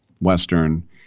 Western